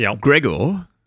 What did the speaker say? Gregor